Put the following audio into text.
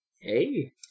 Hey